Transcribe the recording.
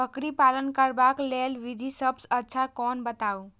बकरी पालन करबाक लेल विधि सबसँ अच्छा कोन बताउ?